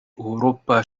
أوروبا